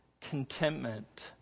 contentment